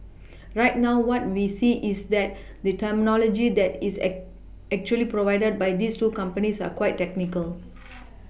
right now what we see is that the terminology that is actually provided by these two companies are quite technical